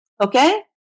okay